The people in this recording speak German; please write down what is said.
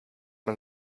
man